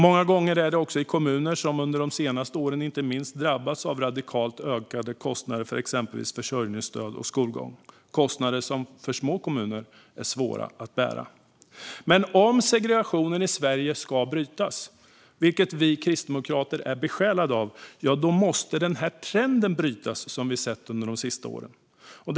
Många gånger är det i kommuner som under de senaste åren har drabbats av inte minst radikalt ökade kostnader för exempelvis försörjningsstöd och skolgång. Det är kostnader som är svåra att bära för små kommuner. Om segregationen i Sverige ska brytas, vilket vi kristdemokrater är besjälade av, då måste trenden vi sett under de senaste åren brytas.